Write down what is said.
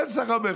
אין סחר-מכר.